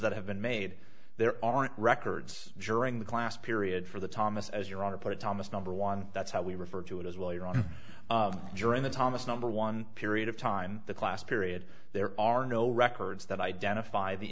that have been made there aren't records during the class period for the thomas as your honor put it thomas number one that's how we refer to it as well you're on during the thomas number one period of time the class period there are no records that identify the